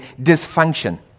dysfunction